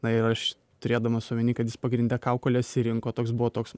na ir aš turėdamas omeny kad jis pagrinde kaukoles ir rinko toks buvo toks